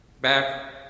back